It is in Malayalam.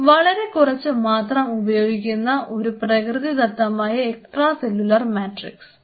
വളരെ കുറച്ചു മാത്രം ഉപയോഗിക്കുന്ന ഒരു പ്രകൃതിദത്തമായ എക്സ്ട്രാ സെല്ലുലാർ മെട്രിക്സ് ഉണ്ട്